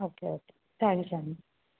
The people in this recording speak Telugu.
ఓకే ఓకే థ్యాంక్ యూ అండి